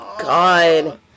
God